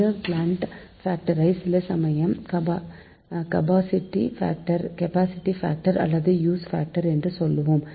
இந்த பிளான்ட் பாக்டரை சிலசமயம் கபாசிட்டி பாக்டர் அல்லது யூஸ் பாக்டர் என்றும் சொல்வோம்